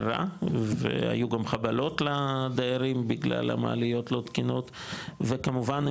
רע והיו גם חבלות לדיירים בגלל מעליות לא תקינות וכמובן,